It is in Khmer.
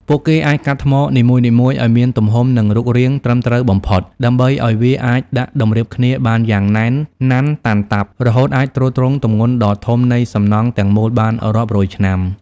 ពួកគេអាចកាត់ថ្មនីមួយៗឱ្យមានទំហំ និងរូបរាងត្រឹមត្រូវបំផុត ដើម្បីឱ្យវាអាចដាក់តម្រៀបគ្នាបានយ៉ាងណែនណាន់តាន់តាប់ រហូតអាចទ្រទ្រង់ទម្ងន់ដ៏ធំនៃសំណង់ទាំងមូលបានរាប់រយឆ្នាំ។